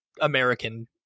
american